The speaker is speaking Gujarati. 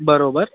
બરાબર